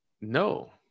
no